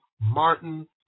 Martin